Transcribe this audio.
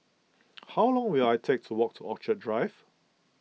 how long will I take to walk to Orchid Drive